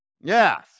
Yes